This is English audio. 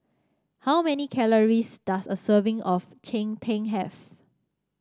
how many calories does a serving of Cheng Tng have